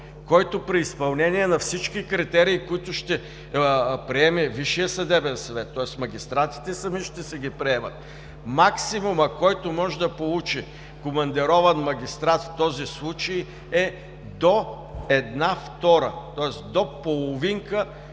който при изпълнение на всички критерии, които ще приеме Висшият съдебен съвет, тоест магистратите сами ще си ги приемат, максимумът, който може да получи командирован магистрат в този случай, е до една втора, тоест до половинка